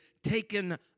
Taken